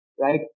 right